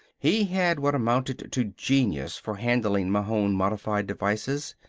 he had what amounted to genius for handling mahon-modified devices.